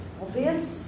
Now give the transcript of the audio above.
obvious